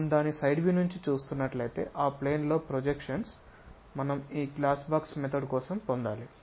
మనం దాని side view చూస్తున్నట్లయితే ఆ ప్లేన్ లో ప్రొజెక్షన్స్ మనం ఈ గ్లాస్ బాక్స్ పద్ధతి కోసం పొందాలి